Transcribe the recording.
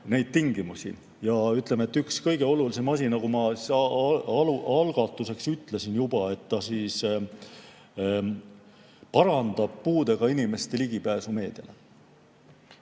Ja üks kõige olulisem asi, nagu ma algatuseks ütlesin juba, on see, et see parandab puudega inimeste ligipääsu meediale.